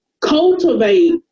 cultivate